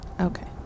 Okay